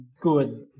good